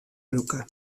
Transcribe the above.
brûke